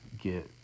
get